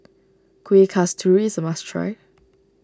Kuih Kasturi is a must try